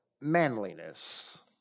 manliness